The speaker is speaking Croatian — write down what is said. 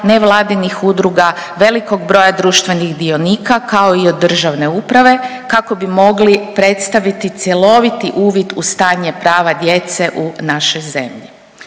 nevladinih udruga, velikog broja društvenih dionika kao i od državne uprave kako bi mogli predstaviti cjeloviti uvid u stanje prava djece u našoj zemlji.